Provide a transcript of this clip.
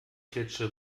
klitsche